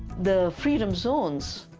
the freedom zones,